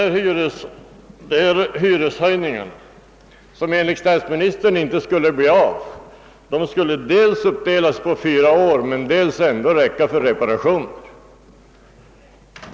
Hyreshöjningarna, som enligt statsministern inte skulle bli av, skulle dels uppdelas på fyra år, dels räcka till för reparationer.